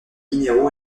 minéraux